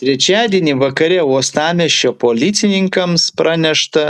trečiadienį vakare uostamiesčio policininkams pranešta